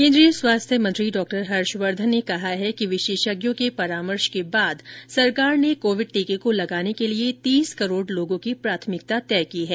केन्द्रीय स्वास्थ्य मंत्री डॉक्टर हर्षवर्धन ने कहा है कि विशेषज्ञों के परामर्श के बाद सरकार ने कोविड टीके को लगाने के लिए तीस करोड़ लोगों की प्राथमिकता तय की है